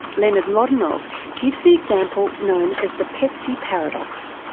leonard mlodinow gives the example known as the pepsi paradox.